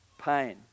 pain